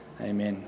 Amen